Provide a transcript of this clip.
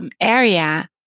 area